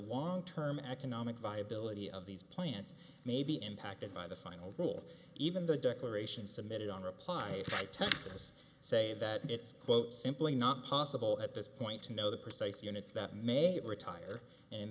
long term economic viability of these plants may be impacted by the final rule even the declaration submitted on reply by texas say that it's quote simply not possible at this point to know the precise units that may retire